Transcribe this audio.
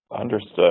Understood